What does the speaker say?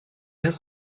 heißt